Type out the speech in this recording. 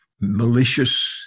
malicious